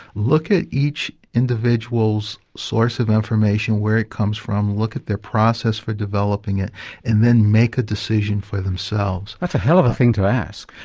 look at each individual's source of information, where it comes from, look at their process of developing it and then make a decision for themselves. that's a hell of a thing to ask.